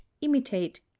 imitate